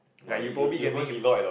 like you probably getting it